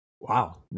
Wow